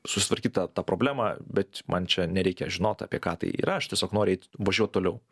susitvarkyt tą tą problemą bet man čia nereikia žinot apie ką tai yra aš tiesiog noriu eit važiuot toliau